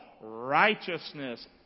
righteousness